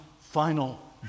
final